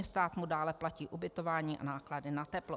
Stát mu dále platí ubytování a náklady na teplo.